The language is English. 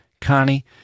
Connie